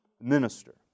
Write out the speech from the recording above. Minister